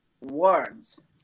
words